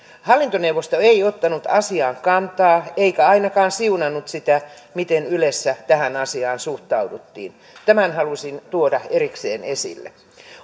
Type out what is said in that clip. hallintoneuvosto ei ottanut asiaan kantaa eikä ainakaan siunannut sitä miten ylessä tähän asiaan suhtauduttiin tämän halusin tuoda erikseen esille